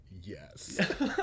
yes